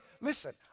listen